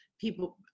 people